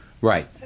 Right